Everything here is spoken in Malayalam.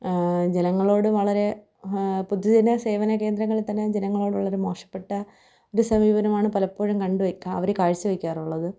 ജനങ്ങളോട് വളരെ പൊതുജന സേവനകേന്ദ്രങ്ങളിൽ തന്നെ ജനങ്ങളോടൊള്ള ഒരു മോശപ്പെട്ട ഒരു സമീപനമാണ് പലപ്പോഴും കണ്ട് അവര് കാഴ്ച വെക്കാറുള്ളത്